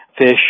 fish